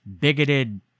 bigoted